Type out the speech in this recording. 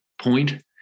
point